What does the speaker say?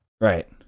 Right